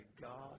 God